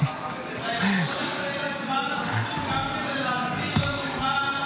אתה יכול לנצל את זמן הסיכום גם כדי להסביר לנו מה עשה השר